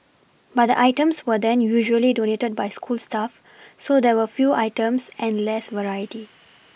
but the items were then usually donated by school staff so there were few items and less variety